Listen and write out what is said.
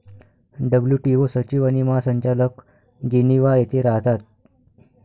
WTO सचिव आणि महासंचालक जिनिव्हा येथे राहतात